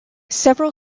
several